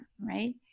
right